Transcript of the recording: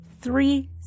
three